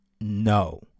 No